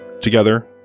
Together